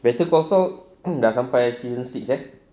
okay better call saul dah sampai season six eh